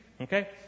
okay